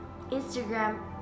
instagram